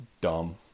dumb